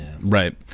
right